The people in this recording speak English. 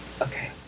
Okay